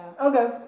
Okay